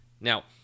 Now